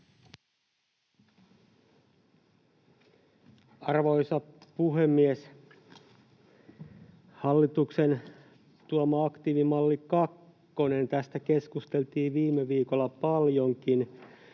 Arvoisa puhemies! Hallituksen tuomasta aktiivimalli kakkosesta keskusteltiin viime viikolla paljonkin.